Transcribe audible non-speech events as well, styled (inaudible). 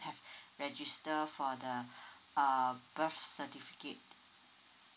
have register for the (breath) uh birth certificate